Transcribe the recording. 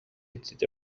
دیده